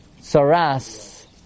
Saras